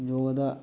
ꯌꯣꯒꯥꯗ